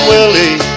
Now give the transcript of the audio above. Willie